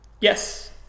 Yes